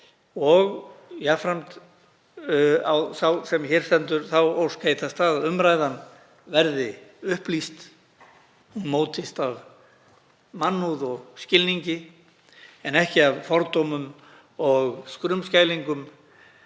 Jafnframt á sá sem hér stendur þá ósk heitasta að umræðan verði upplýst, hún mótist af mannúð og skilningi en ekki af fordómum og skrumskælingum.